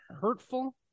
hurtful